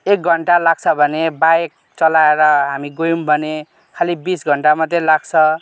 एक घन्टा लाग्छ भने बाइक चलाएर हामी गयौँ भने खालि बिस घन्टा मात्रै लाग्छ